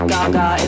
Gaga